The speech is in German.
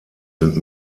sind